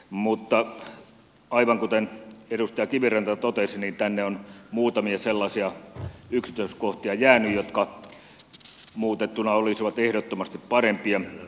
mutta aivan kuten edustaja kiviranta totesi niin tänne on muutamia sellaisia yksityiskohtia jäänyt jotka muutettuna olisivat ehdottomasti parempia